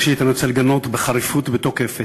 ראשית אני רוצה לגנות בחריפות ובתוקף את